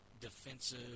defensive